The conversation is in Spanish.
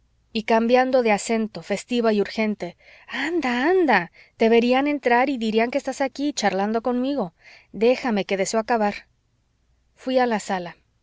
y cambiando de acento festiva y urgente anda anda te verían entrar y dirán que estás aquí charlando conmigo déjame que deseo acabar fuí a la sala